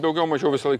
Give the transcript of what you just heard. daugiau mažiau visąlaik